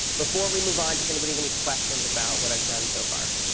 before we move on, does anybody have any questions about what i've done so far?